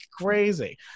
crazy